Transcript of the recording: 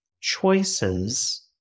choices